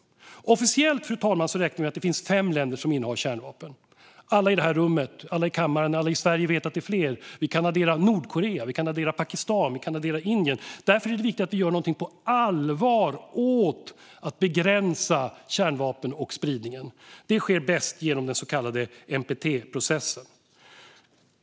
Officiellt räknar man med att det finns fem länder som innehar kärnvapen, fru talman. Alla i den här kammaren och alla i Sverige vet att det är fler än så - vi kan addera Nordkorea, Pakistan och Indien - och därför är det viktigt att vi på allvar gör någonting för att begränsa kärnvapenspridningen. Det sker bäst genom den så kallade NPT-processen.